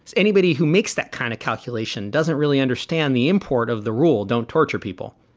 anybody who makes that kind of calculation doesn't really understand the import of the rule. don't torture people.